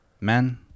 men